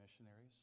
missionaries